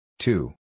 Two